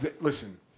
Listen